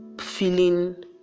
feeling